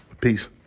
Peace